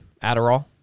Adderall